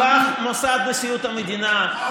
כך מוסד נשיאות המדינה,